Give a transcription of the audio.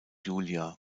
julia